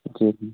जी जी